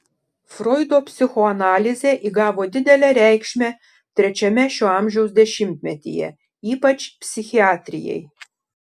froido psichoanalizė įgavo didelę reikšmę trečiame šio amžiaus dešimtmetyje ypač psichiatrijai